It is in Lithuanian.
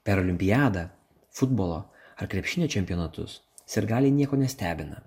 per olimpiadą futbolo ar krepšinio čempionatus sirgaliai nieko nestebina